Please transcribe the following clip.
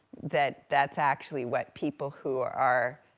that that's actually what people who are